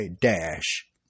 dash